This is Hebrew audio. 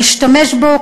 אשתמש בהם,